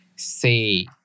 Say